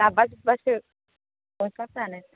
जाब्बा जुब्बासो गस्लाफोरानो